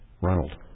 Ronald